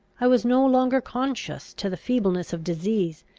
i was no longer conscious to the feebleness of disease,